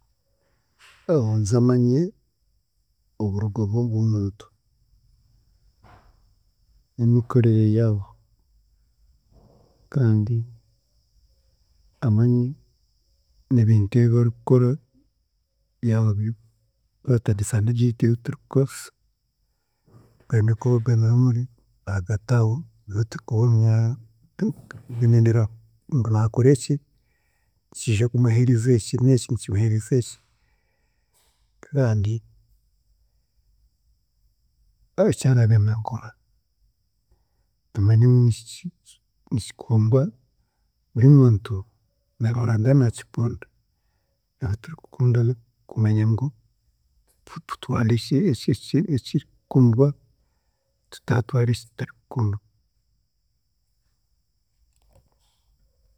Abuuze amanye, oburugo bw'ogu- bw'ogumuntu n'emikorere yaabo, kandi amanye n'ebintu ebi barikukora yaaba bi egi ei turikukoresa ahaagati aho aho omuntu naakora eki, nikiija kumuheereza eki n'eki, n'eki nikimuheereza eki kandi eki araabe naakora tumanye ngu niki nikikundwa buri muntu, na Ruhanga naakikunda kumanya ngu turware eki- eki- ekirikukundwa, tutaatwara ekitarikukundwa.